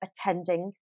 attending